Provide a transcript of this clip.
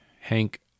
Hank